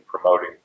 promoting